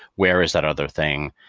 where is that other thing?